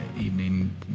Evening